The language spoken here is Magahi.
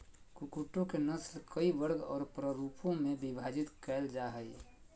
कुक्कुटों के नस्ल कई वर्ग और प्ररूपों में विभाजित कैल जा हइ